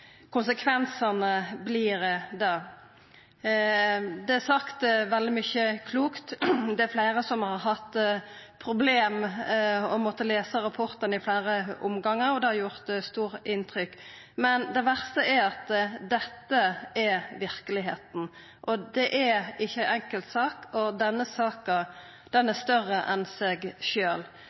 konsekvensane. Det er sagt veldig mykje klokt. Det er fleire som har hatt problem og har måtta lesa rapporten i fleire omgangar, og det har gjort stort inntrykk. Men det verste er at dette er verkelegheita. Det er ikkje ei enkel sak, denne saka er større enn seg